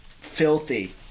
filthy